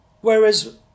Whereas